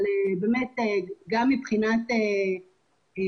אבל אין פה שום כוונה של השב"כ